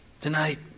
Tonight